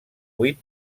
buit